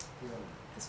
ya